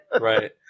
Right